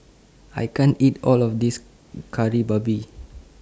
I can't eat All of This Kari Babi